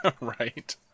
Right